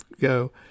go